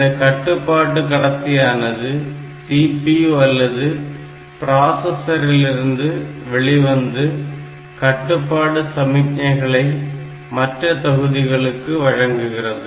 இந்த கட்டுப்பாட்டு கடத்தியானது CPU அல்லது பிராசஸரிலிருந்து வெளிவந்து கட்டுப்பாடு சமிக்ஞைகளை மற்ற தொகுதிகளுக்கு வழங்குகிறது